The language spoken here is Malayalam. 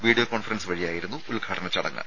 വീഡിയോ കോൺഫറൻസ് വഴിയായിരുന്നു ഉദ്ഘാടന ചടങ്ങ്